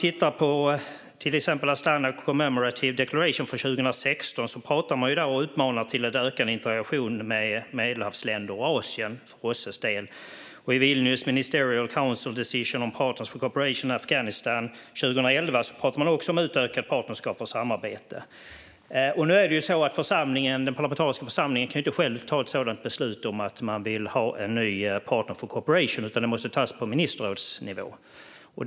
I till exempel Astana Commemorative Declaration från 2016 pratar man om och uppmanar man till en ökad interaktion med Medelhavsländer och Asien för OSSE:s del. I Vilnius Ministerial Council Decision on Partners for Cooperation Afghanistan 2011 pratar man också om utökat partnerskap för samarbete. Den parlamentariska församlingen kan inte själv ta ett beslut om att man vill ha en ny partner for cooperation, utan det måste tas på ministerrådsnivå.